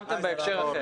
הסכמתם בהקשר אחר.